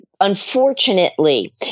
unfortunately